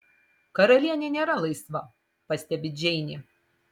karalienė nėra laisva pastebi džeinė